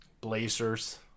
Blazers